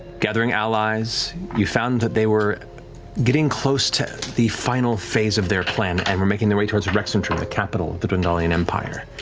gathering allies, you found that they were getting close to the final phase of their plan, and were making their way towards rexxentrum, the capital of the dwendalian empire.